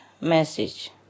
message